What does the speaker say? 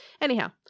Anyhow